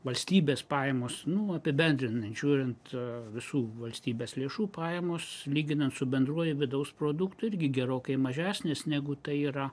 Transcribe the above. valstybės pajamos nu apibendrinan žiūrint visų valstybės lėšų pajamos lyginant su bendruoju vidaus produktu irgi gerokai mažesnės negu tai yra